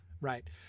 right